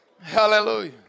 Hallelujah